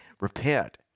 repent